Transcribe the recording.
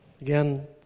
again